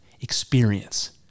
Experience